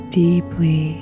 deeply